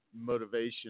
motivation